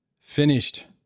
finished